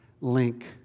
link